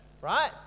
Right